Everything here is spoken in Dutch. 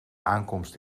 aankomst